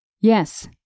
Yes